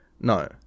No